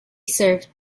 serve